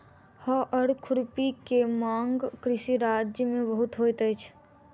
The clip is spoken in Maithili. हअर खुरपी के मांग कृषि राज्य में बहुत होइत अछि